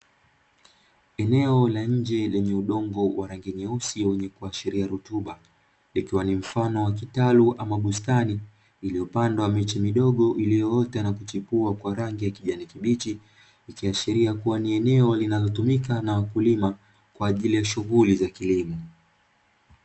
Eneo la nje lenye udongo wa rangi nyeusi yenye kuashiria rutuba, likiwa ni mfano wa kitalu ama bustani, iliyopandwa miti midogo iliyoota na kuchipua kwa rangi ya kijani kibichi, ikiashiria kuwa ni eneo linalotumika na wakulima kwaajil ya shughuli ya kilimo.